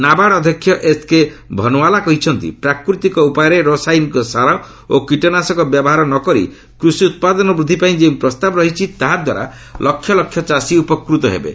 ନାବାର୍ଡ଼ର ଅଧ୍ୟକ୍ଷ ଏଚ୍କେ ଭନ୍ୱାଲା କହିଛନ୍ତି ପ୍ରାକୃତିକ ଉପାୟରେ ରାସାୟନିକ ସାର ଓ କୀଟନାଶକ ବ୍ୟବହାର ନ କରି କୃଷି ଉତ୍ପାଦନ ବୃଦ୍ଧିପାଇଁ ଯେଉଁ ପ୍ରସ୍ତାବ ରହିଛି ତାହାଦ୍ୱାରା ଲକ୍ଷ ଲକ୍ଷ ଚାଷୀ ଉପକୃତ ହେବେ